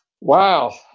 wow